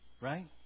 right